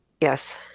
Yes